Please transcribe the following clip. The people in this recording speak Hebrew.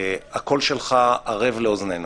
הקול שלך ערב לאוזננו,